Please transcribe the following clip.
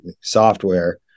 software